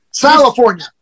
california